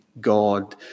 God